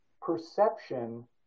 perception